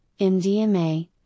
MDMA